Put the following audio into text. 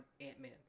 Ant-Man